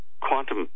quantum